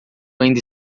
ainda